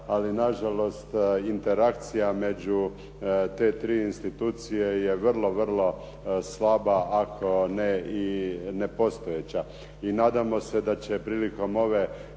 ali nažalost interakcija među te tri institucije je vrlo, vrlo slaba ako ne i nepostojeća. I nadamo se da će prilikom ove